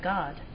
God